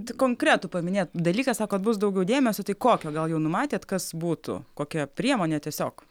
tai konkretų paminėjot dalyką sakot bus daugiau dėmesio tai kokio gal jau numatėt kas būtų kokia priemonė tiesiog